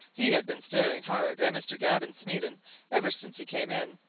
he had been staring hard at mr. gavin smeaton ever since he came in,